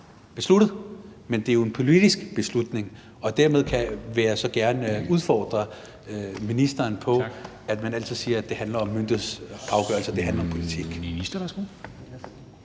besluttet. Men det er jo en politisk beslutning, og dermed vil jeg så gerne udfordre ministeren på, at det altid skulle handle om myndighedernes afgørelser, når det i